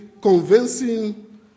convincing